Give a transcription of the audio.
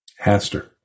Haster